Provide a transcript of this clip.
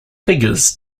figures